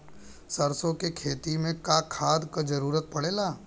सरसो के खेती में का खाद क जरूरत पड़ेला?